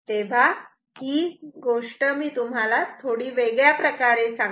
तेव्हा ही गोष्ट मी तुम्हाला थोडी वेगळ्या प्रकारे सांगतो